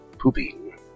pooping